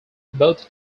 both